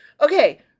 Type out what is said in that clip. Okay